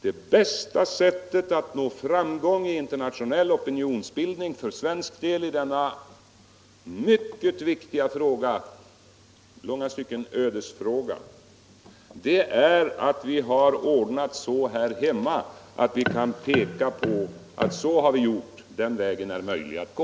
Det bästa sättet att nå framgång i internationell opinionsbildning för svensk del i denna mycket viktiga fråga — i långa stycken är det en ödesfråga — är att vi har det ordnat så här hemma att vi kan säga: Det har vi gjort, och den vägen är möjlig att gå.